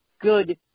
good